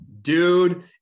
Dude